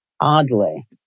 oddly